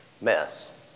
mess